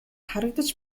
харагдаж